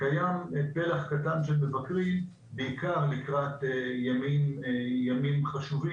קיים פלח קטן של מבקרים, בעיקר לקראת ימים חשובים,